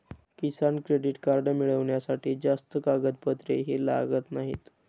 किसान credit card मिळवण्यासाठी जास्त कागदपत्रेही लागत नाहीत